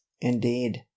indeed